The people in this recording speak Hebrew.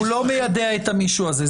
הוא לא מיידע את המישהו הזה.